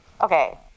okay